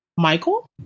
Michael